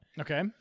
Okay